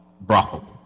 brothel